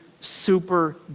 super